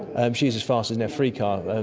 um she's as fast as an f three car. and